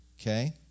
okay